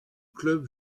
club